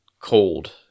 cold